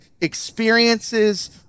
experiences